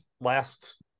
last